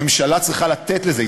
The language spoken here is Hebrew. הממשלה צריכה לתת לזה,